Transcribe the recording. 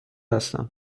هستم